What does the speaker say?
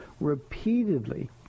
repeatedly